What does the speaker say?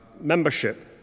membership